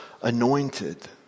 anointed